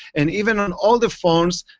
and even on all the forms,